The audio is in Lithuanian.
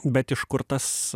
bet iš kur tas